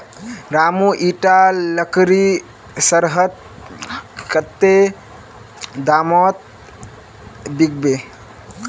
रामू इटा लकड़ी शहरत कत्ते दामोत बिकबे